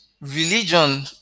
religion